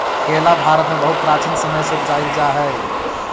केला भारत में बहुत प्राचीन समय से उपजाईल जा हई